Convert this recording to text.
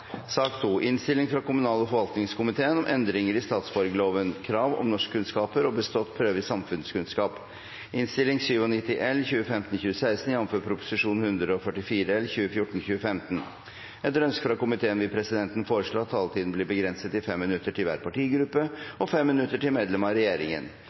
sak nr. 1. Etter ønske fra kommunal- og forvaltningskomiteen vil presidenten foreslå at taletiden blir begrenset til 5 minutter til hver partigruppe og 5 minutter til medlem av regjeringen.